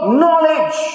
knowledge